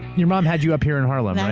your mom had you up here in harlem, yeah